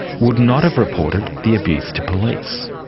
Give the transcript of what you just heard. would not have reported the abuse to police.